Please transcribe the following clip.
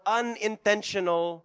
unintentional